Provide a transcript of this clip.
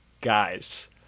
guys